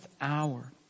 hour